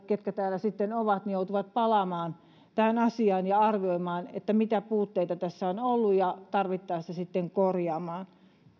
jotka täällä sitten ovat joutuvat palaamaan tähän asiaan ja arvioimaan mitä mitä puutteita tässä on ollut ja tarvittaessa sitten korjaamaan